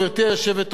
חברי הכנסת,